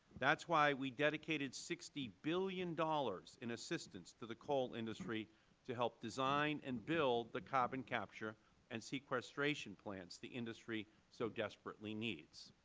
why we dedicated sixty billion dollars in assistance to the coal industry to help design and build the carbon capture and sequestration plants the industry so desperately needs.